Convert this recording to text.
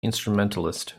instrumentalist